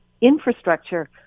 infrastructure